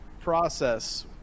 process